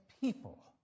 people